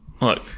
look